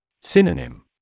Synonym